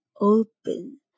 open